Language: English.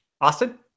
Austin